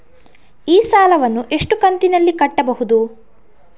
ಈ ಸಾಲವನ್ನು ಎಷ್ಟು ಕಂತಿನಲ್ಲಿ ಕಟ್ಟಬಹುದು?